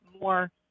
more